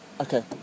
Okay